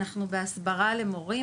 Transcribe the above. אנחנו בהסברה למורים,